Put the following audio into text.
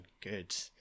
good